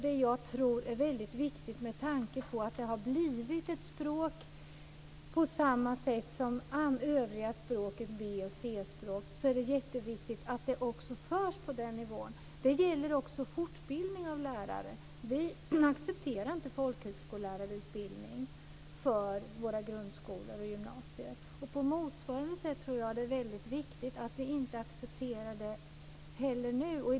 Med tanke på att teckenspråk har blivit ett B och C-språk på samma sätt som övriga språk är det jätteviktigt att det också förs upp på den nivån. Det gäller också fortbildningen av lärare. Vi accepterar inte folkhögskollärarutbildning för våra grundskolor och gymnasier, och på motsvarande sätt tror jag att det är väldigt viktigt att vi inte accepterar det i det här fallet.